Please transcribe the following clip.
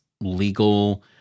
legal